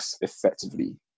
effectively